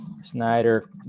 Snyder